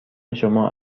شما